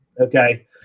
okay